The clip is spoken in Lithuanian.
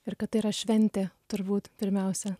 ir kad tai yra šventė turbūt pirmiausia